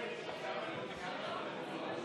ההצבעה של גבי לסקי לא נקלטה.